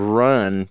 run